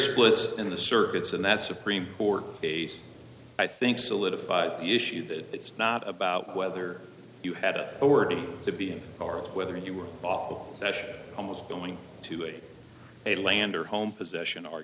split in the circuits and that supreme court case i think solidifies the issue that it's not about whether you had a word to be in or whether you were off almost going to a a land or home possession or